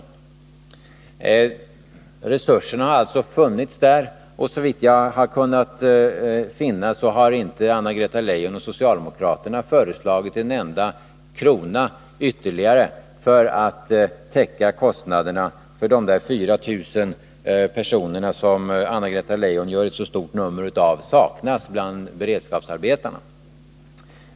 Men resurserna har alltså funnits, och såvitt jag vet harinte Anna-Greta Leijon och socialdemokraterna föreslagit en enda krona ytterligare för att täcka kostnaderna för de 4000 personer som — vilket Anna-Greta Leijon gör ett så stort nummer av — saknas bland beredskapsarbetarna.